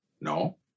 No